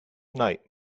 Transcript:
night